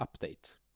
update